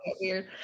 weird